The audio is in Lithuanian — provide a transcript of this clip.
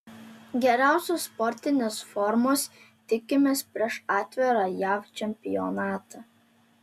geriausios sportinės formos tikimės prieš atvirą jav čempionatą